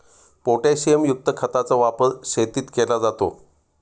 पोटॅशियमयुक्त खताचा वापर शेतीत केला जातो